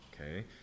okay